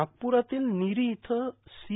नागपुरातील निरी इथं सी